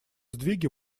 сдвиги